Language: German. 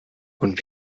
und